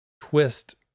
twist